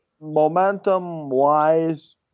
momentum-wise